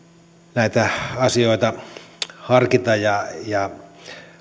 näitä asioita harkita ja ja